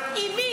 עם השוטרים?